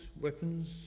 weapons